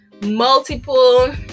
multiple